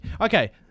Okay